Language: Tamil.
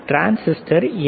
டிரான்சிஸ்டர் என்